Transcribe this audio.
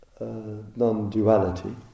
non-duality